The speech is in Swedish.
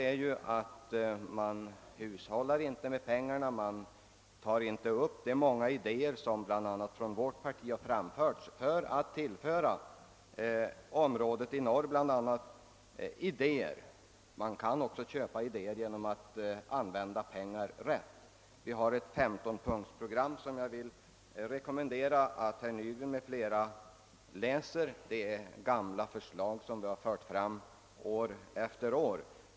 Vi har sagt att man inte hushållar med pengarna och att man inte tar upp de många idéer som bl.a. vårt parti har framfört i syfte att kunna tillgodose Norrland. Man kan också köpa idéer genom att använda pengar rätt. Vårt parti har ett femtonpunktsprogram som jag vill rekommendera herr Nygren m.fl. att läsa. Det innehåller förslag som vi har framlagt år efter år.